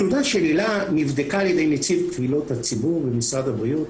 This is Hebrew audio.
התלונה של הילה נבדקה על ידי נציב קבילות הציבור במשרד הבריאות,